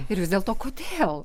ir vis dėlto kodėl